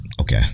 Okay